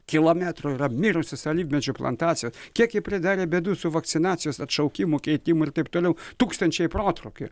kilometrų yra mirusios alyvmedžių plantacijos kiek jie pridarė bėdų su vakcinacijos atšaukimu keitimu ir taip toliau tūkstančiai protrūkių